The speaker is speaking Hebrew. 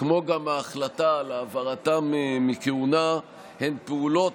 כמו גם ההחלטה על העברתם מכהונה הן פעולות